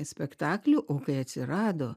spektaklių o kai atsirado